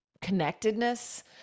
connectedness